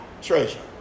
treasure